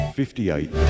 58